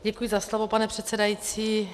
Děkuji za slovo, pane předsedající.